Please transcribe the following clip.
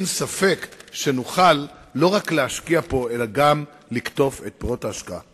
אין ספק שנוכל לא רק להשקיע פה אלא גם לקטוף את פירות ההשקעה.